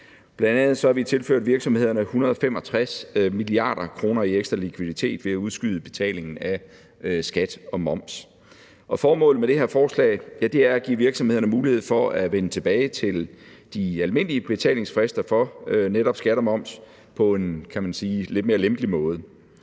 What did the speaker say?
Bl.a. har vi tilført virksomhederne 165 mia. kr. i ekstra likviditet ved at udskyde betalingen af skat og moms. Og formålet med det her forslag er at give virksomhederne mulighed for at vende tilbage til de almindelige betalingsfrister for netop skat og moms på en, kan man sige, lidt mere lempelig måde.